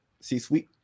C-suite